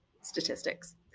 statistics